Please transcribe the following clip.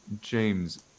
james